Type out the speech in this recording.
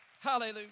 Hallelujah